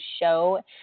show